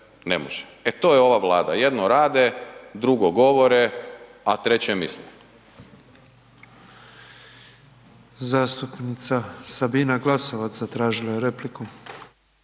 E to je ova Vlada, jedno rade, drugo govore, a treće misle. **Petrov, Božo (MOST)** Zastupnica Sabina Glasovac zatražila je repliku.